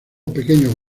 pequeños